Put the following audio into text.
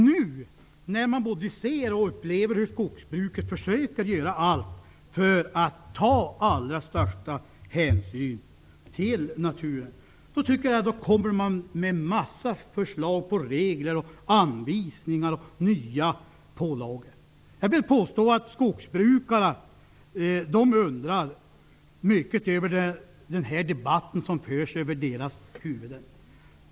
Nu när vi både ser och upplever hur skogsbruket försöker att göra allt för att ta allra största hänsyn till naturen kommer en massa förslag på regler, anvisningar och nya pålagor. Jag vill påstå att skogsbrukarna undrar mycket över den här debatten som förs över deras huvuden.